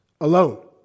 alone